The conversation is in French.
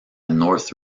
north